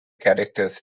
characters